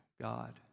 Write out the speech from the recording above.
God